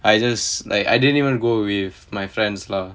I just like I didn't even go with my friends lah